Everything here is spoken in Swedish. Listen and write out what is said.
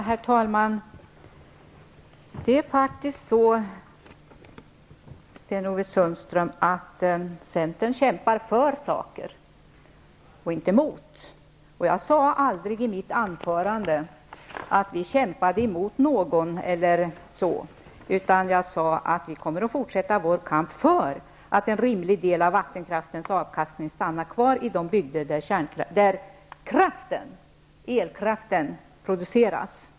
Herr talman! Centern kämpar faktiskt för saker, inte mot. Jag sade inte i mitt anförande att vi kämpade mot någon. I stället sade jag att vi kommer att fortsätta vår kamp för att en rimlig del av avkastningen från vattenkraften blir kvar i de bygder där elkraft produceras.